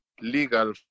legal